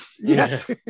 yes